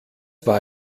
war